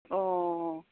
অঁ